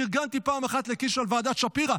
פרגנתי פעם אחת לקיש על ועדת שפירא.